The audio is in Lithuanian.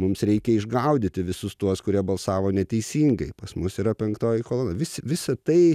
mums reikia išgaudyti visus tuos kurie balsavo neteisingai pas mus yra penktoji kolona vis visa tai